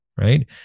Right